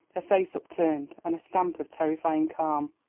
her face upturned, and a stamp of terrifying calm.